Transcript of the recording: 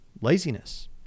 laziness